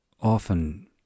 often